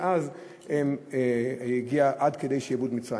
מאז הגיע עד שעבוד מצרים.